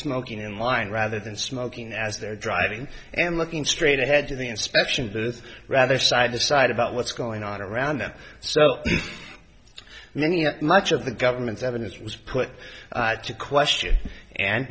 smoking in line rather than smoking as they're driving and looking straight ahead to the inspection the rather side to side about what's going on around them so many at much of the government's evidence was put to question and